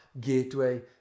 gateway